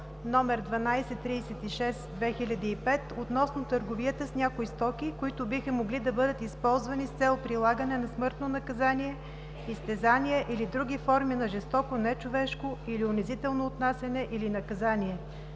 № 1236/2005 относно търговията с някои стоки, които биха могли да бъдат използвани с цел прилагане на смъртно наказание, изтезания или други форми на жестоко, нечовешко или унизително отнасяне или наказание,